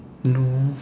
no